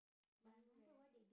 would you like